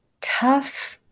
tough